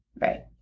right